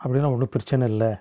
அப்படின்னா ஒன்றும் பிரச்சனை இல்லை